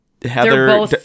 Heather